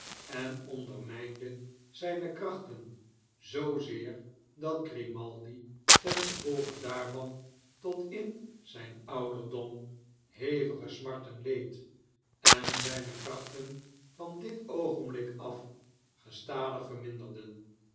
en ondermijnde zijne krachten zoozeer dat grimaldi tengevolge daarvan tot in zijn ouderdom hevige smarten leed en zijne krachten van dit oogenblik af gestadig verminderden